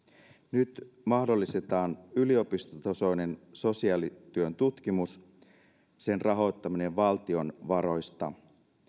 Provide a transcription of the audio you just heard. nyt mahdollistetaan yliopistotasoinen sosiaalityön tutkimus sen rahoittaminen valtion varoista